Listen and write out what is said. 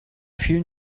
vielen